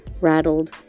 Rattled